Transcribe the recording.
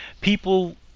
people